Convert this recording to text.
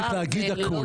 צריך להגיד הכול.